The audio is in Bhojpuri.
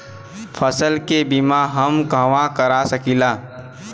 फसल के बिमा हम कहवा करा सकीला?